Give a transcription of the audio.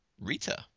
Rita